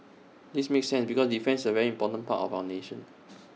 this makes sense because defence is very important part of our nation